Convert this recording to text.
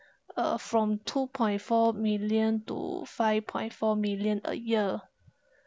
uh from two point four million to five point four million a year